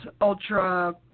ultra-